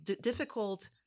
difficult